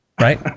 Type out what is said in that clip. right